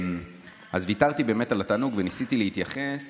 אז ויתרתי באמת על התענוג, וניסיתי להתייחס